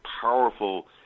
powerful